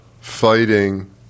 fighting